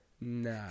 Nah